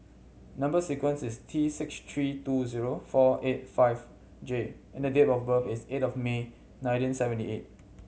number sequence is T six three two zero four eight five J and the date of birth is eight of May nineteen seventy eight